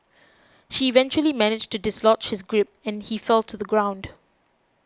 she eventually managed to dislodge his grip and he fell to the ground